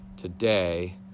today